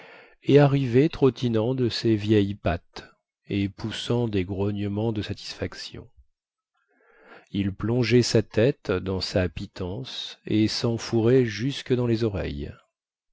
et arrivait trottinant de ses vieilles pattes et poussant des grognements de satisfaction il plongeait sa tête dans sa pitance et sen fourrait jusque dans les oreilles